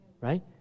Right